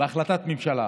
בהחלטת ממשלה,